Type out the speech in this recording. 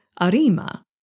Arima